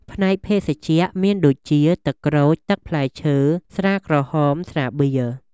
ផ្នែកភេសជ្ជៈ មានដូចជា ទឹកក្រូច ទឹកផ្លែឈើ ស្រាក្រហម ស្រាបៀរ...។